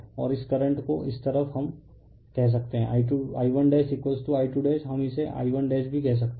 और इस करंट को इस तरफ हम कह सकते हैं I1I2 हम इसे I1 भी कह सकते हैं